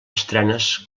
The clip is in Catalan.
estrenes